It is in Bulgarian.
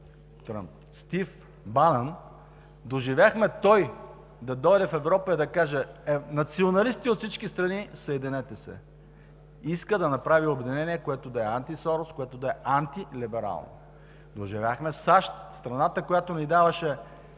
Стив Банън, да дойде в Европа и да каже: „Националисти от всички страни, съединете се.“ Иска да направи обединение, което да е анти-Сорос, което да е антилиберално. Доживяхме САЩ – страната, която ни даваше